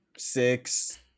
Six